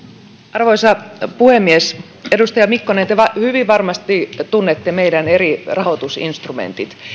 arvoisa puhemies edustaja mikkonen te hyvin varmasti tunnette meidän eri rahoitusinstrumentit